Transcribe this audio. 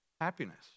happiness